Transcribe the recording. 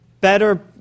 Better